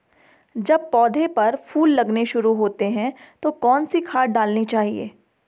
जब पौधें पर फूल लगने शुरू होते हैं तो कौन सी खाद डालनी चाहिए?